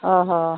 ᱦᱮᱸ ᱦᱮᱸ